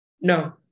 no